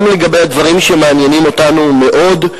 גם לגבי הדברים שמעניינים אותנו מאוד?